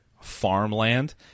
farmland